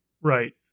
Right